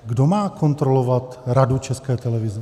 Kdo má kontrolovat Radu České televize?